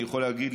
אני יכול להגיד,